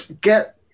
Get